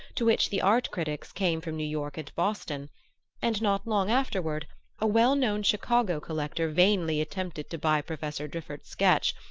to which the art-critics came from new york and boston and not long afterward a well-known chicago collector vainly attempted to buy professor driffert's sketch,